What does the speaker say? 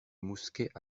mousquet